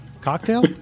cocktail